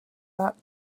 that